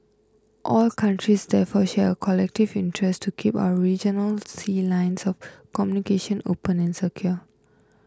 all countries therefore share a collective interest to keep our regional sea lines of communication open and secure